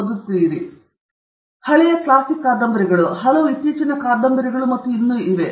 ಇವುಗಳು ಹಳೆಯ ಕ್ಲಾಸಿಕ್ ಕಾದಂಬರಿಗಳು ಹಲವು ಇತ್ತೀಚಿನ ಕಾದಂಬರಿಗಳು ಮತ್ತು ಇನ್ನೂ ಇವೆ